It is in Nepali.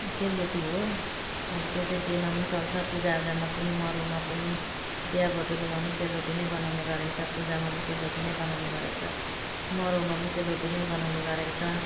सेलरोटी हो अब त्यो चाहिँ जेमा पनि चल्छ पूजाआजामा पनि मरौमा पनि बिहाबटुलमा पनि सेलरोटी नै बनाउने गरेको छ पूजामा पनि सेलरोटी नै बनाउने गरेको छ मरौमा पनि सेलरोटी नै बनाउने गरेको छ